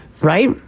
Right